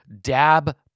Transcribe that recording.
dab